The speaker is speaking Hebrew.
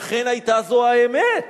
ואכן היתה זו האמת",